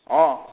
oh